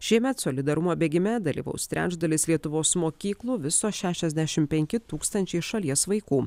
šiemet solidarumo bėgime dalyvaus trečdalis lietuvos mokyklų viso šešiasdešim penki tūkstančiai šalies vaikų